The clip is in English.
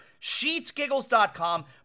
SheetsGiggles.com